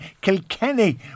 Kilkenny